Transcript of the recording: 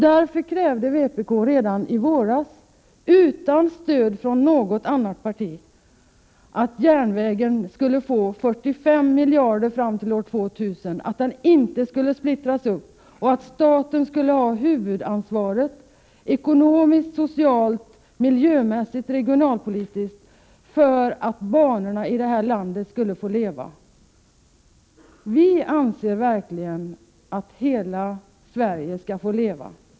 Därför krävde vpk redan i våras, utan stöd från något annat parti, att järnvägen skulle tilldelas 45 miljarder fram till år 2000. Den skulle inte splittras, och staten skulle ha huvudansvaret ekonomiskt, socialt, miljömässigt och regionalpolitiskt för att banorna i landet skulle få leva. Vi i vpk anser verkligen att Hela Sverige skall leva.